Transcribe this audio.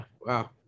Wow